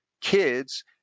kids